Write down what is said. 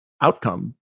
outcome